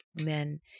men